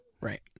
Right